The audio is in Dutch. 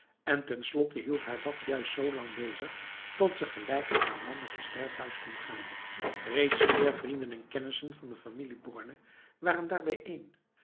en ten slotte hield haar dat juist z lang bezig tot ze gelijk met haar man naar het sterfhuis kon gaan reeds meer vrienden en kennissen van de familie borne waren daar bijeen